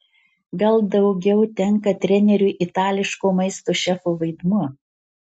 gal daugiau tenka treneriui itališko maisto šefo vaidmuo